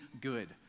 good